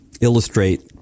illustrate